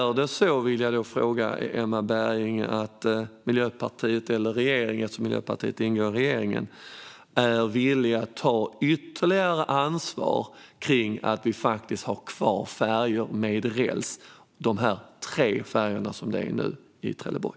Jag vill fråga Emma Berginger: Är det så att Miljöpartiet - och den regering där Miljöpartiet ingår - är villigt att ta ytterligare ansvar för att vi ska ha kvar färjor med räls? Nu finns det alltså tre färjor i Trelleborg.